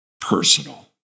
personal